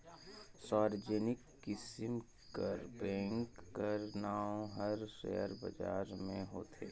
सार्वजनिक किसिम कर बेंक कर नांव हर सेयर बजार में होथे